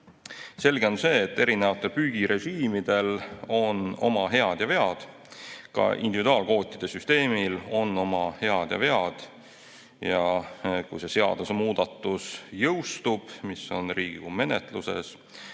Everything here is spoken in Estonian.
Selge on see, et erinevatel püügirežiimidel on oma head ja vead. Ka individuaalkvootide süsteemil on oma head ja vead. Kui see seadusemuudatus, mis on Riigikogu menetluses,